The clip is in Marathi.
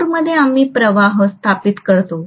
कोरमध्ये आम्ही प्रवाह स्थापित करतो